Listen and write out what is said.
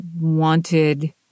wanted